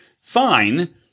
Fine